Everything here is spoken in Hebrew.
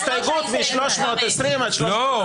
הסתייגות מ-320 עד --- לא.